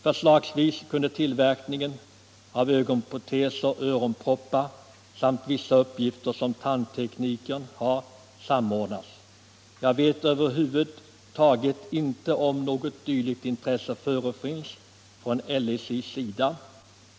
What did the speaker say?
Förslagsvis kunde tillverkningen av ögonproteser och öronproppar samt vissa uppgifter som tandteknikerna har samordnas. Jag vet över huvud taget inte om något dylikt intresse förefinns från Landstingens Inköpscentrals sida.